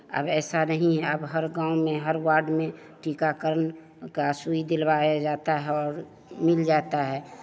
अब ऐसा नहीं है अब हर गाँव में हर वार्ड में टीकाकरण का सुई दिलवाया जाता है और मिल जाता है